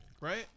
right